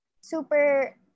Super